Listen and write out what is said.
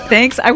Thanks